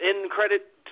in-credit